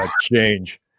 change